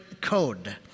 code